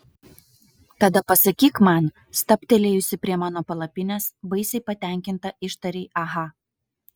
tada pasakyk man stabtelėjusi prie mano palapinės baisiai patenkinta ištarei aha